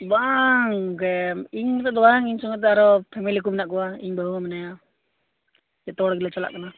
ᱵᱟᱝ ᱜᱮ ᱤᱧ ᱢᱚᱛᱚ ᱫᱚ ᱵᱟᱝ ᱤᱧ ᱥᱚᱸᱜᱮ ᱛᱮ ᱟᱨᱚ ᱯᱷᱮᱢᱮᱞᱤ ᱠᱚ ᱢᱮᱱᱟᱜ ᱠᱚᱣᱟ ᱤᱧ ᱵᱟᱹᱦᱩ ᱦᱚᱸ ᱢᱮᱱᱟᱭᱟ ᱡᱚᱛᱚ ᱦᱚᱲ ᱜᱮᱞᱮ ᱪᱟᱞᱟᱜ ᱠᱟᱱᱟ